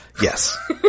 yes